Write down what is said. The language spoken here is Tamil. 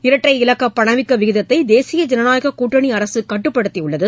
இரட்டை இலக்க பணவீக்க விகிதத்தை தேசிய ஜனநாயகக் கூட்டணி அரசு கட்டுப்படுத்தி உள்ளது